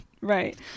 Right